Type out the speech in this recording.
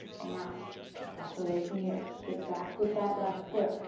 now press away from the earth. kick back with that left foot.